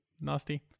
nasty